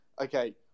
okay